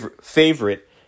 favorite